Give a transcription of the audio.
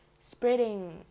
Spreading